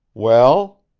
well?